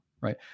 right